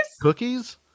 cookies